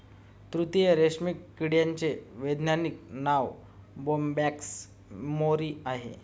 तुतीच्या रेशीम किड्याचे वैज्ञानिक नाव बोंबॅक्स मोरी आहे